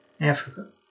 africa